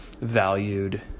valued